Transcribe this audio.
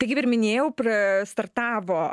tai kaip ir minėjau pra startavo